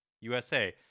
USA